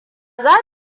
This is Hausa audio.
za